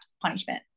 punishment